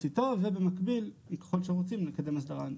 איתו ובמקביל במידה ואנחנו רוצים לקדם הסדרה נוספת.